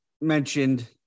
mentioned